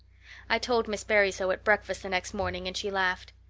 i told miss barry so at breakfast the next morning and she laughed.